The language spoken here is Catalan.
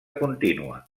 contínua